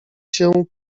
się